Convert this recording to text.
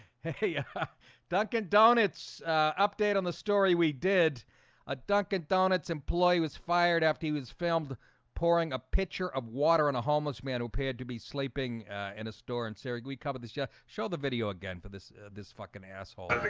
hey dunkin donuts update on the story we did a dunkin donuts employee was fired after he was filmed pouring a pitcher of water and a homeless man who appeared to be sleeping in a store and sarig we covered this jeff show the video again for this this fucking asshole